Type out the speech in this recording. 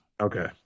Okay